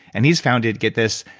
and he's founded, get this,